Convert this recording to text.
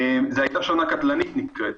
זו הייתה שנה קטלנית נקראת.